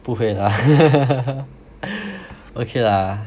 不会 lah okay lah